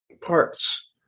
parts